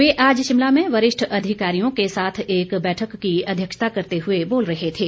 वे आज शिमला में वरिष्ठ अधिकारियों के साथ एक बैठक की अध्यक्षता करते हुए बोल रहे थे